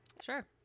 Sure